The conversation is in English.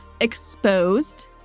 exposed